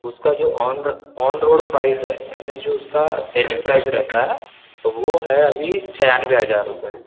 उसका जो on on road price है यानि जो उसका सेलिंग प्राइज़ रहता वो है अभी छियानवे हजार रूपए